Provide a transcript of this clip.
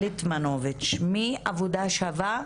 מארגון עבודה שווה.